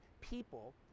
people